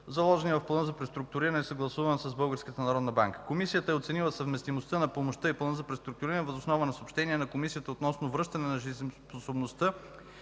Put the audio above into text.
заложени и в Плана за преструктуриране и е съгласувано с Българската народна банка. Комисията е оценила съвместимостта на помощта и Плана за преструктуриране въз основа на съобщение на Комисията относно връщане на жизнеспособността